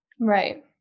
Right